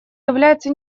является